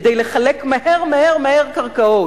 כדי לחלק מהר קרקעות.